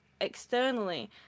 externally